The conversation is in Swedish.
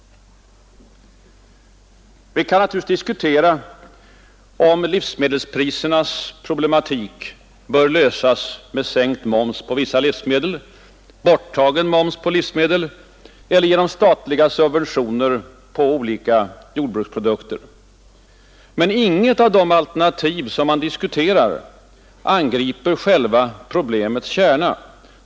Vi kan naturligtvis diskutera om livsmedelsprisernas problematik bör lösas med sänkt moms på vissa livsmedel, borttagen moms på livsmedel eller genom statliga subventioner på olika jordbruksprodukter. Men inget av de alternativ som diskuteras angriper problemets kärna.